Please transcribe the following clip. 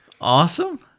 Awesome